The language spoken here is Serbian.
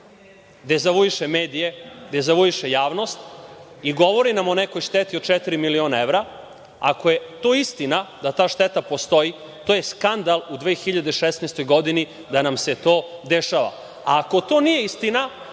dezavuiše medije, dezavuiše javnost i govori nam o nekoj šteti od četiri miliona evra. Ako je istina da ta šteta postoji, skandal je u 2016. godini da nam se to dešava. Ako to nije istina,